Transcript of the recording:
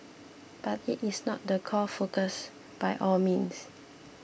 but it is not the core focus by all means